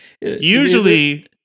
Usually